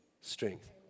strength